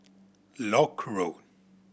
Lock Road